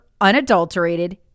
unadulterated